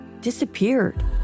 disappeared